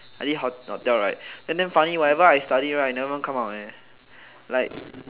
I did hotel right then damn funny cause whatever I study right never come out eh like